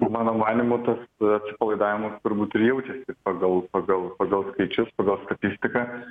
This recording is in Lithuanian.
mano manymu tas atsipalaidavimas turbūt ir jaučiasi pagal pagal pagal skaičius pagal statistiką